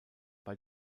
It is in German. bei